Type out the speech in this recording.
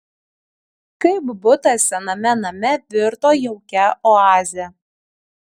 kaip butas sename name virto jaukia oaze